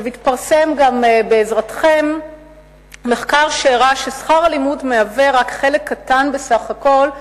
התפרסם גם בעזרתכם מחקר שהראה ששכר הלימוד מהווה רק חלק קטן בסך הכול,